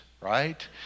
right